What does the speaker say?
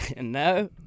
no